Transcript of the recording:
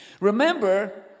Remember